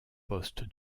poste